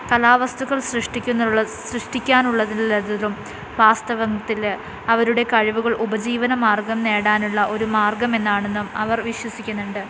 കലാവസ്തുക്കൾ സൃഷ്ടിക്കുന്നുള്ള സൃഷ്ടിക്കാനുള്ളതിൽ വാസ്തവത്തിൽ അവരുടെ കഴിവുകൾ ഉപജീവനമാർഗ്ഗം നേടാനുള്ള ഒരു മാർഗ്ഗമെന്നാണെന്നും അവർ വിശ്വസിക്കുന്നുണ്ട്